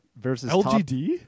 LGD